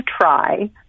try